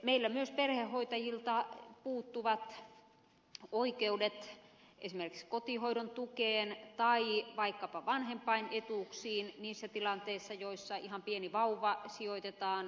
meillä myös perhehoitajilta puuttuvat oikeudet esimerkiksi kotihoidon tukeen tai vaikkapa vanhempainetuuksiin niissä tilanteissa joissa ihan pieni vauva sijoitetaan perheeseen